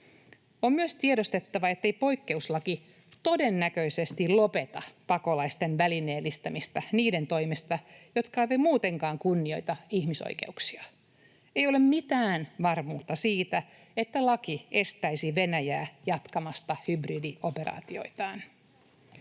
On myös tiedostettava, ettei poikkeuslaki todennäköisesti lopeta pakolaisten välineellistämistä niiden toimesta, jotka eivät muutenkaan kunnioita ihmisoikeuksia. Ei ole mitään varmuutta siitä, että laki estäisi Venäjää jatkamasta hybridioperaatioitaan.